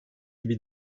gibi